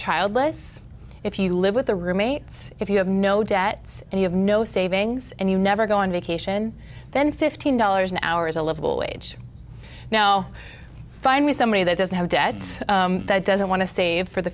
childless if you live with the roommates if you have no debts and you have no savings and you never go on vacation then fifteen dollars an hour is a livable wage now finally somebody that doesn't have debts that doesn't want to save for the